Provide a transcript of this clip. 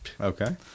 Okay